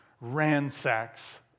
ransacks